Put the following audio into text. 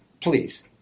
please